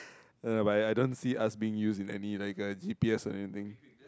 uh but I don't see us being used like any g_p_s or anything